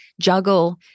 juggle